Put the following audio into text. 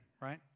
right